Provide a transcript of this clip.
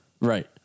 Right